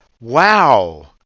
Wow